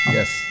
Yes